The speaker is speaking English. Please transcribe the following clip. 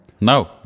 No